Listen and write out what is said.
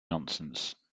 nonsense